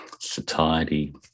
satiety